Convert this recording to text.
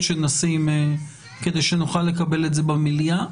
אז אני אומר,